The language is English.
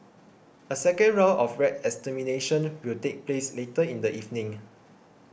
a second round of rat extermination will take place later in the evening